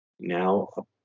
now